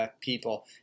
People